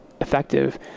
effective